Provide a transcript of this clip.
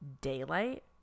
Daylight